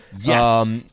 Yes